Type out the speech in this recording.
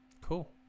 cool